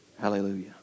Hallelujah